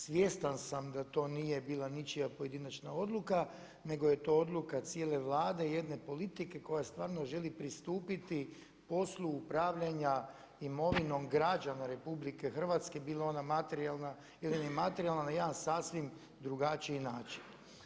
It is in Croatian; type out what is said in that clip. Svjestan sam da to nije bila ničija pojedinačna odluka nego je to odluka cijele Vlade, jedne politike koja stvarno želi pristupiti poslu upravljanja imovinom građana RH, bilo ona materijalna ili ne materijalna, na jedan sasvim drugačiji način.